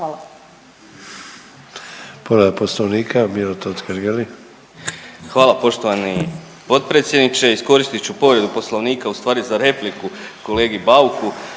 Hvala